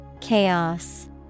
Chaos